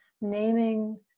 naming